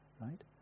right